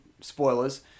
Spoilers